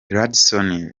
radisson